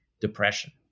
depression